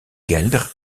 gueldre